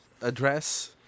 address